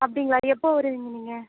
அப்படிங்களா எப்போது வருவீங்க நீங்கள்